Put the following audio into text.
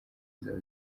zizaba